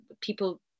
people